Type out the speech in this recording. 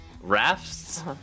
rafts